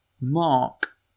mark